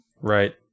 right